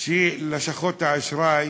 לשכות האשראי